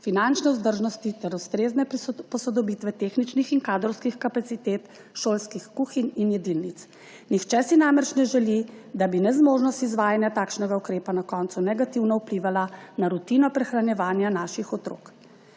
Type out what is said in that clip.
finančne vzdržnosti ter ustrezne posodobitve tehničnih in kadrovskih kapacitet šolskih kuhinj in jedilnic. Nihče si namreč ne želi, da bi nezmožnost izvajanja takšnega ukrepa na koncu negativno vplivala na rutino prehranjevanja naših otrok.